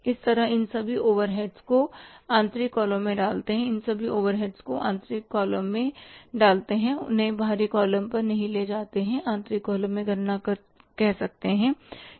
इस तरह इन सभी ओवरहेड्स को आंतरिक कॉलम में डालते हैं इन सभी ओवरहेड्स को आंतरिक कॉलम में डालते हैं उन्हें बाहरी कॉलम पर नहीं ले जाते हैं आंतरिक कॉलम में गणना कह सकते हैं